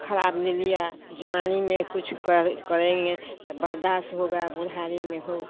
खराब मिलिया जवानी में कुछ करेंगे तो बर्दाश्त होगा बुड़हारी में हो